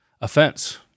offense